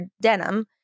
denim